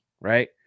right